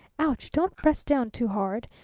ouch! don't press down too hard!